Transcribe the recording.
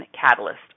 catalyst